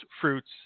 fruits